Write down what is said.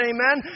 Amen